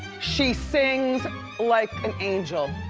she sings like an angel.